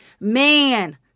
Man